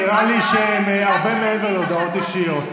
גברתי, נראה לי שהם הרבה מעבר להודעות אישיות.